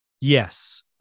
yes